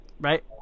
Right